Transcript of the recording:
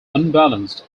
unbalanced